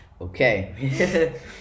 Okay